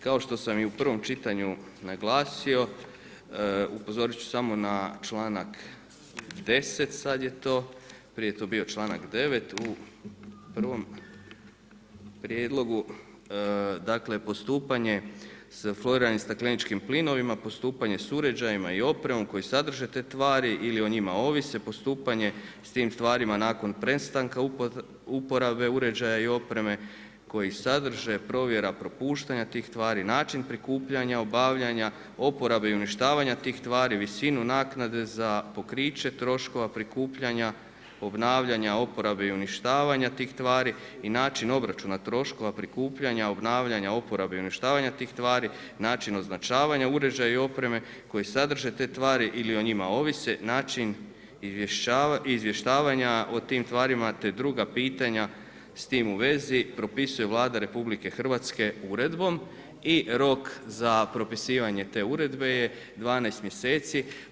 Kao što sam i u prvom čitanju naglasio upozorit ću samo na članak 10. sada je to, prije je to bio članak 9. u prvom prijedlogu, dakle postupanje sa fluriranim stakleničkim plinovima, postupanje sa uređajima i opremom koji sadrže te tvari ili o njima ovise postupanje s tim tvarima nakon prestanka uporabe uređaja i opreme koji sadrže, provjera propuštanja tih tvari, način prikupljanja, obavljanja, oporabe i uništavanja tih tvari, visinu naknade za pokriće troškova, prikupljanja, obnavljanja, oporabe i uništavanja tih tvari i način obračuna troškova prikupljanja, obnavljanja, oporabe i uništavanja tih tvari i način označavanja uređaja i opreme koji sadrže te tvari ili o njima ovise, način izvještavanja o tim tvarima te druga pitanja s tim u vezi propisuje Vlada RH uredbom i rok za propisivanje te uredbe je 12 mjeseci.